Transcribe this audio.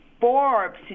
Forbes